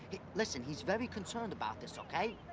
listen, he's very concerned about this, okay?